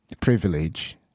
privilege